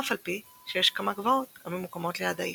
אף על פי שיש כמה גבעות הממוקמות ליד העיר.